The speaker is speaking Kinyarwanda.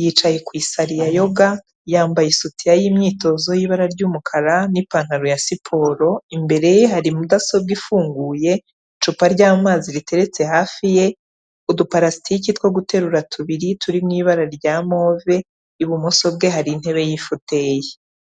yicaye ku isari ya yoga, yambaye isutiya y'imyitozo y'ibara ry'umukara n'ipantaro ya siporo, imbere ye hari mudasobwa ifunguye, icupa ry'amazi riteretse hafi ye, udupalasitiki two guterura tubiri turi mu ibara rya move, ibumoso bwe hari intebe y'ifuteyi.